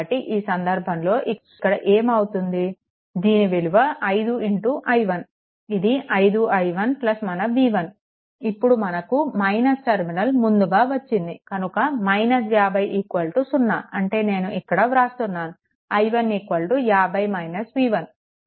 కాబట్టి ఈ సందర్భంలో ఇక్కడ ఏం అవుతుంది దీని విలువ 5 i1 ఇది 5 i1 మన v1 ఇప్పుడు మనకు - టర్మినల్ ముందుగా వచ్చింది కనుక 50 0 అంటే నేను ఇక్కడ వ్రాస్తున్నాను i1 50 v1